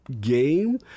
game